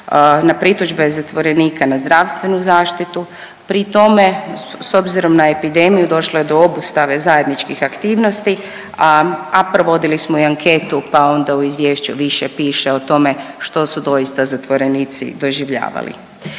na pritužbe zatvorenika na zdravstvenu zaštitu. Pri tome, s obzirom na epidemiju došlo je do obustave zajedničkih aktivnosti, a provodili smo i anketu, pa onda u izvješću više piše o tome što su doista zatvorenici doživljavali.